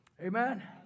Amen